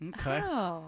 Okay